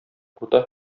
урта